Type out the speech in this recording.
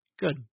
good